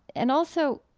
and also,